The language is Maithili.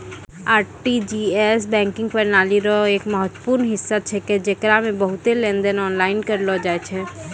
आर.टी.जी.एस बैंकिंग प्रणाली रो एक महत्वपूर्ण हिस्सा छेकै जेकरा मे बहुते लेनदेन आनलाइन करलो जाय छै